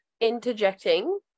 interjecting